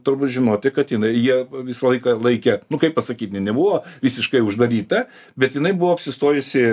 turbūt žinoti kad jinai jie visą laiką laikė nu kaip pasakyti nebuvo visiškai uždaryta bet jinai buvo apsistojusi